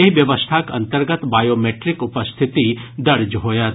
एहि व्यवस्थाक अंतर्गत बायोमेट्रिक उपस्थिति दर्ज होयत